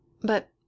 But